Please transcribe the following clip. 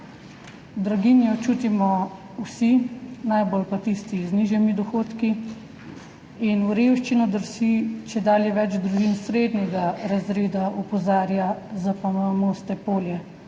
Draginjo čutimo vsi, najbolj pa tisti z nižjimi dohodki. V revščino drsi čedalje več družin srednjega razreda, opozarja ZPM Moste-Polje.